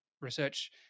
research